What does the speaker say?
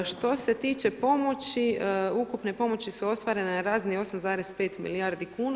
Što se tiče pomoći, ukupne pomoći su ostvarene na razini 8,5 milijardi kuna.